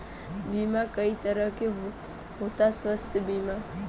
बीमा कई तरह के होता स्वास्थ्य बीमा?